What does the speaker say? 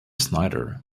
snyder